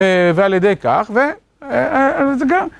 ועל ידי כך, ו... זה גם